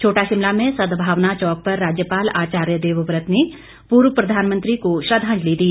छोटा शिमला में सद्भावना चौक पर राज्यपाल आचार्य देवव्रत ने पूर्व प्रधानमंत्री को श्रद्वांजलि दी